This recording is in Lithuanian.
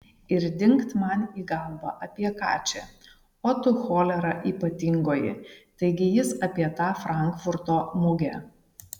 ir dingt man į galvą apie ką čia o tu cholera ypatingoji taigi jis apie tą frankfurto mugę